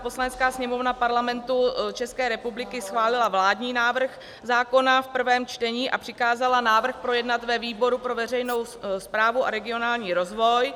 Poslanecká sněmovna Parlamentu České republiky schválila vládní návrh zákona v prvém čtení a přikázala návrh projednat ve výboru pro veřejnou správu a regionální rozvoj.